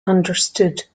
understood